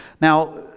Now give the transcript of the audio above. Now